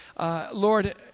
Lord